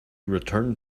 return